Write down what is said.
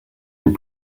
vous